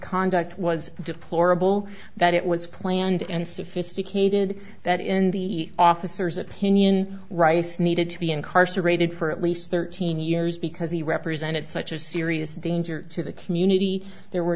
conduct was deplorable that it was planned and sophisticated that in the officers opinion rice needed to be incarcerated for at least thirteen years because he represented such a serious danger to the community there were